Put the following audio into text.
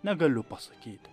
negaliu pasakyti